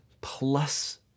plus